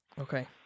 Okay